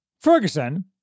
Ferguson